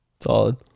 solid